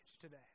today